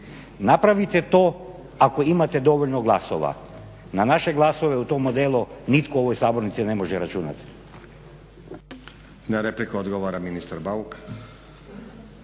Napravite to ako imate dovoljno glasova, na naše glasove u tom modelu nitko u ovoj sabornici ne može računati.